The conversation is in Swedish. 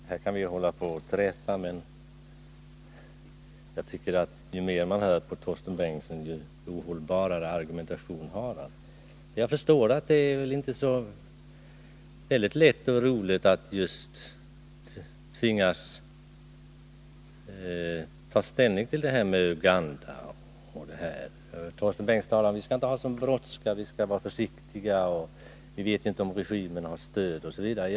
Herr talman! Vi kan hålla på att träta här, men ju mer jag hör på Torsten Bengtson, desto ohållbarare blir hans argumentation. Jag förstår att det inte är så lätt och roligt att tvingas ta ställning när det gäller t.ex. Uganda. Torsten Bengtson säger att vi inte skall ha sådan brådska utan vara försiktiga, vi vet inte om regimerna har stöd osv.